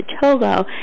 Togo